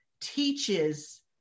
teaches